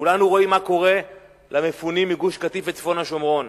כולנו רואים מה קורה למפונים מגוש-קטיף וצפון השומרון,